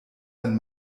ein